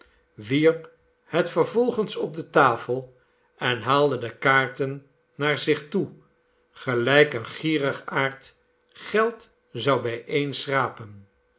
wierp het vervolgens op de tafel en haalde de kaarten naar zich toe gelijk een gierigaard geld zou